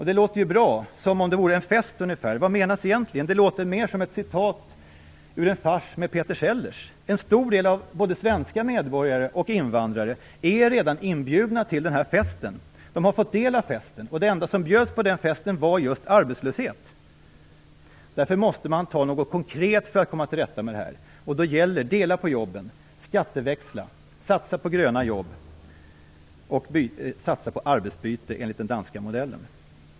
Det låter ju bra, ungefär som om det vore en fest. Vad menas egentligen? Det låter mer som om det var ett citat ur en fars med Peter Sellers. Många både svenska medborgare och invandrare är redan inbjudna till den festen. De har fått del av festen. Det enda som bjöds på den festen var just arbetslöshet. Därför måste man göra någonting konkret för att komma till rätta med detta. Då gäller det att dela på jobben, skatteväxla, satsa på gröna jobb och satsa på arbetsbyte enligt den danska modellen.